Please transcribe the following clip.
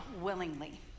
willingly